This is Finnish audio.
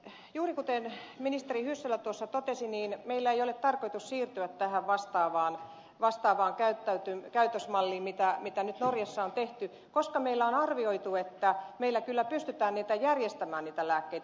juuri kuten ministeri hyssälä tuossa totesi meillä ei ole tarkoitus siirtyä tähän vastaavaan käytösmalliin mitä nyt norjassa on tehty koska meillä on arvioitu että meillä kyllä pystytään niitä lääkkeitä järjestämään